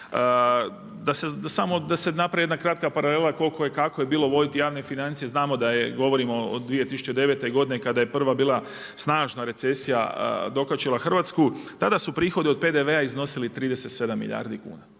Da se napravi samo jedna kratka paralela koliko je i kako bilo voditi javne financije. Govorimo o 2009. godine kada je prva bila snažna recesija dokačila Hrvatsku, tada su prihodi od PDV-a iznosili 37 milijardi kuna,